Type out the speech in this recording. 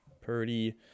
Purdy